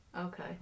Okay